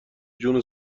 جون